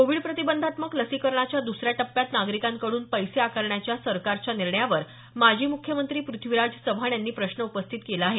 Covid प्रतिबंधात्मक लसीकरणाच्या दुसऱ्या टप्प्यात नागरिकांकडून पैसे आकारण्याच्या सरकारच्या निर्णयावर माजी मुख्यमंत्री पृथ्वीराज चव्हाण यांनी प्रश्न उपस्थित केला आहे